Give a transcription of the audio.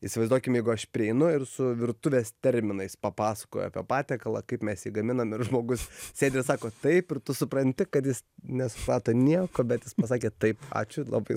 įsivaizduokim jeigu aš prieinu ir su virtuvės terminais papasakoju apie patiekalą kaip mes jį gaminam ir žmogus sėdi ir sako taip ir tu supranti kad jis nesuprato nieko bet jis pasakė taip ačiū labai